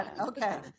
Okay